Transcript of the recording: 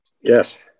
Yes